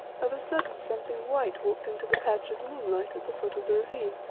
of a sudden something white walked into the patch of moonlight at the foot of the ravine,